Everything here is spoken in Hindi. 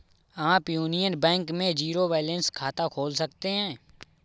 आप यूनियन बैंक में जीरो बैलेंस खाता खोल सकते हैं